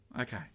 okay